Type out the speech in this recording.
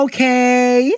Okay